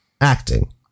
acting